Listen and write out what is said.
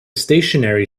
stationary